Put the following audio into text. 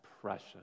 precious